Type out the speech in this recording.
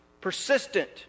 persistent